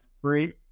free